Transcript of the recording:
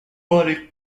body